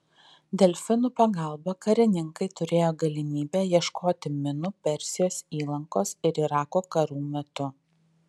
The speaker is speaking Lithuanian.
delfinų pagalba karininkai turėjo galimybę ieškoti minų persijos įlankos ir irako karų metu